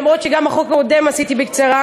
למרות שגם את החוק הקודם הצגתי בקצרה,